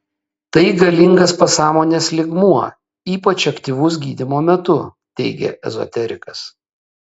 tai galingas pasąmonės lygmuo ypač aktyvus gydymo metu teigia ezoterikas